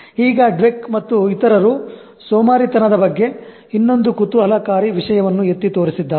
ಈಗ Dweck ಮತ್ತು ಇತರರು ಸೋಮಾರಿತನದ ಬಗ್ಗೆ ಇನ್ನೊಂದು ಕುತೂಹಲಕಾರಿ ವಿಷಯವನ್ನು ಎತ್ತಿ ತೋರಿಸಿದ್ದಾರೆ